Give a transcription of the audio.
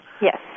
Yes